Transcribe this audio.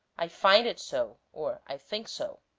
i find it so, or i think so.